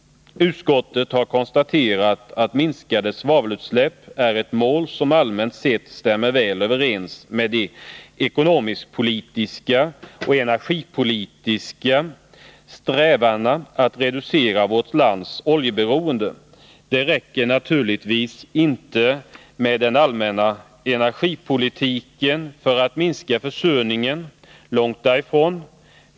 Utskottet har konstaterat att minskade svavelutsläpp är ett mål som allmänt sett stämmer väl överens med de ekonomisk-politiska och energipolitiska strävandena att reducera vårt lands oljeberoende. Det räcker naturligtvis inte med den allmänna energipolitiken för att minska försurningen, långt därifrån.